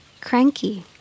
Cranky